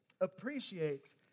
appreciates